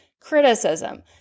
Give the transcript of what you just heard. criticism